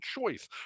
choice